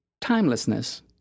timelessness